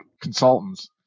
Consultants